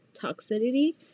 toxicity